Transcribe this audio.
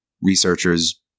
researchers